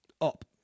up